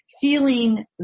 feeling